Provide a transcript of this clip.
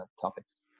topics